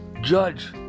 judge